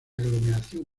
aglomeración